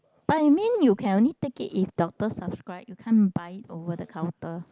but you mean you can only take it if doctor subscribe you can't buy it over the counter